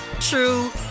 true